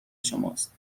شماست